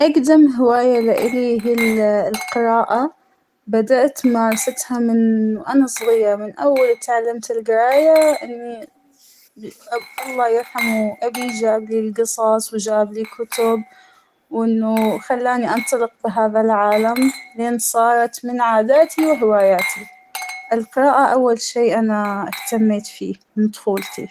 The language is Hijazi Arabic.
أقدم هواية لإلى هى القراءة ، بدأت ممارستها من وأنا صغيرة من أول أتعلمت القراية إنى ، الله يرحمه أبى جابلى القصص وجابلى كتب ، وإنه خلانى أنطلق بهذا العالم لين صارت من عاداتى وهواياتى ، القراءة أول شى أنا أهتميت فيه من طفولتى.